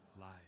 life